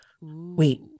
Wait